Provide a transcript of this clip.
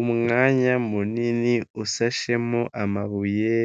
Umwanya munini usashemo amabuye